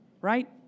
right